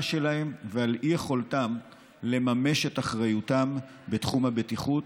שלהם ועל אי-יכולתם לממש את אחריותם בתחום הבטיחות,